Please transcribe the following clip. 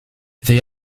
they